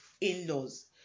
in-laws